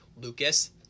Lucas